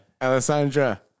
Alessandra